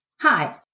Hi